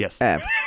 yes